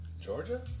Georgia